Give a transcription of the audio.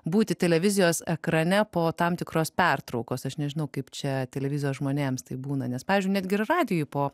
būti televizijos ekrane po tam tikros pertraukos aš nežinau kaip čia televizijos žmonėms taip būna nes pavyzdžiui netgi ir radijuj po